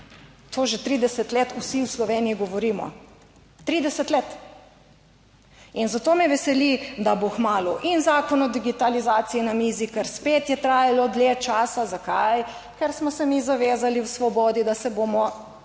To že 30 let vsi v Sloveniji govorimo, 30 let. In zato me veseli, da bo kmalu in Zakon o digitalizaciji na mizi, ker spet je trajalo dlje časa. Zakaj? Ker smo se mi zavezali v Svobodi, da se bomo